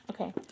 okay